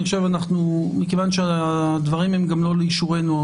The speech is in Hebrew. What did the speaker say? מכיוון שהדברים הם גם לא לאישורנו,